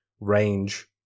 range